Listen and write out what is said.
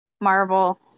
Marvel